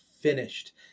finished